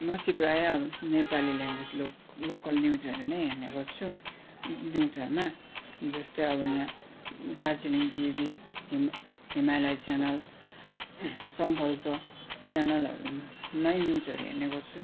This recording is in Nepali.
म चाहिँ प्राय अब नेपाली ल्याङ्ग्वेज लोक् लोकल न्युजहरू नै हेर्ने गर्छु न्युजहरूमा जस्तै अब यहाँ दार्जिलिङ टिभी हिम् हिमालय च्यानल सङ्कल्प च्यानलहरूमै न्युजहरू हेर्ने गर्छु